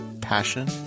passion